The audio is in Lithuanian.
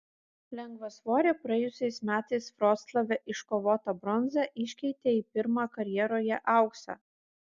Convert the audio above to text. lengvasvorė praėjusiais metais vroclave iškovotą bronzą iškeitė į pirmą karjeroje auksą